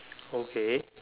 okay